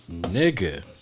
Nigga